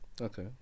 okay